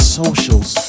socials